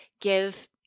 give